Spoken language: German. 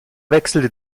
wechselte